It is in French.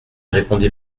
répondit